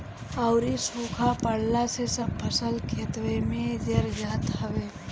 अउरी सुखा पड़ला से सब फसल खेतवे में जर जात हवे